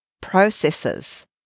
processes